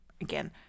again